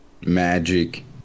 Magic